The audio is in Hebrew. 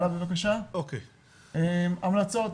כאן מופיעות המלצות,